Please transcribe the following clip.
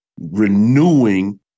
renewing